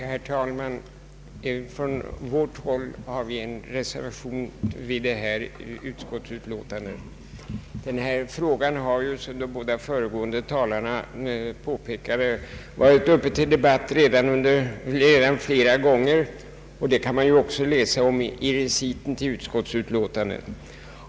Herr talman! Vi från moderata samlingspartiet har också fogat en reser vation till detta utlåtande. Denna fråga har, som de båda föregående talarna påpekade, redan flera gånger varit uppe till debatt. Det kan man också läsa om i reciten till utskottets utlåtande.